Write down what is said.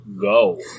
go